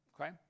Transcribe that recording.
okay